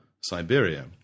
Siberia